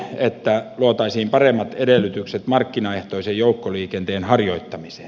että luotaisiin paremmat edellytykset markkinaehtoisen joukkoliikenteen harjoittamiseen